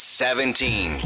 seventeen